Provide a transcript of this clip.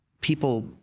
people